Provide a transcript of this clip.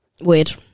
weird